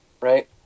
right